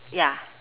ya